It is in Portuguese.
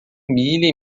milha